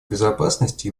безопасности